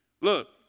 Look